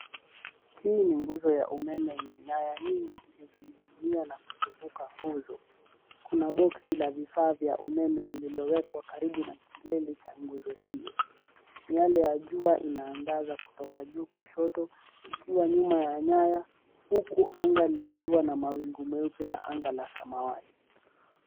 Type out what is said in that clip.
Hii ni nguzo ya umeme yenye nyaya nyingi zilizoning'inia na kuzunguka nguzo. Kuna boksi la vifaa vya umeme lililowekwa karibu na kilele cha nguzo hiyo. Miale ya jua inaangaza kutoka juu kushoto ikiwa nyuma ya nyaya huku anga likiwa na mawingu meupe na anga la samawati.